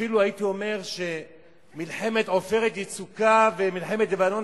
אפילו הייתי אומר שמלחמת "עופרת יצוקה" ומלחמת לבנון